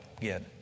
get